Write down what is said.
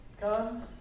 Come